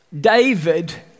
David